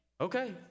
okay